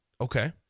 Okay